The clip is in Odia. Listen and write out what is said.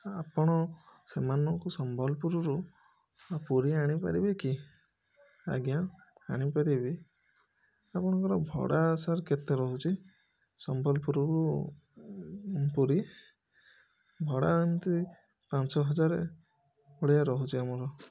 ଆପଣ ସେମାନଙ୍କୁ ସମ୍ବଲପୁରରୁ ପୁରୀ ଆଣିପାରିବେକି ଆଜ୍ଞା ଆଣିପାରିବି ଆପଣଙ୍କର ଭଡ଼ା ସାର୍ କେତେ ରହୁଛି ସମ୍ବଲପୁରରୁ ପୁରୀ ଭଡ଼ା ଏମିତି ପାଞ୍ଚହଜାର ଭଳିଆ ରହୁଛି ଆମର